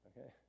okay